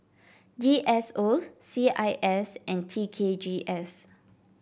D S O C I S and T K G S